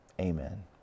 Amen